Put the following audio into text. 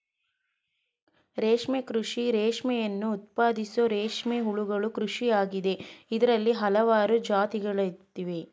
ರೇಷ್ಮೆ ಕೃಷಿ ರೇಷ್ಮೆಯನ್ನು ಉತ್ಪಾದಿಸೋ ರೇಷ್ಮೆ ಹುಳುಗಳ ಕೃಷಿಯಾಗಿದೆ ಇದ್ರಲ್ಲಿ ಹಲ್ವಾರು ಜಾತಿಗಳಯ್ತೆ